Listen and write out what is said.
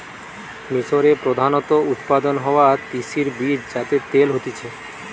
মিশরে প্রধানত উৎপাদন হওয়া তিসির বীজ যাতে তেল হতিছে